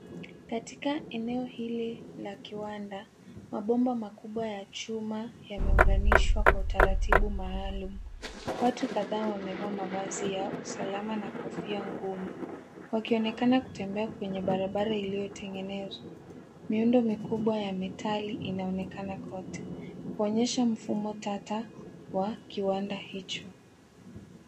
Katika eneo hili la kiwanda, mabomba makubwa ya chuma yameunganishwa kwa taratibu maalum. Watu kadhaa wamevaa mavazi ya usalama na na kofia ngumu wakionekana kutembea kwenye barabara iliyotengenezwa. Miondo mikubwa ya metali inaonekana kote kuonyesha mifumo tata wa kiwanda hicho.